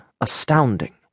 astounding